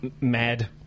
Mad